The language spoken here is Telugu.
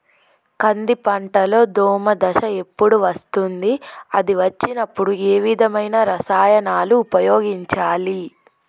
కంది పంటలో దోమ దశ ఎప్పుడు వస్తుంది అది వచ్చినప్పుడు ఏ విధమైన రసాయనాలు ఉపయోగించాలి?